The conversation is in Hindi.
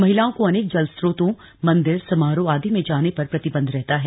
महिलाओं को अनेक जल स्रोतों मंदिर समारोह आदि में जाने पर प्रतिबंध रहता है